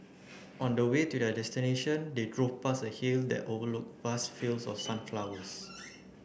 on the way to their destination they drove past a hill that overlooked vast fields of sunflowers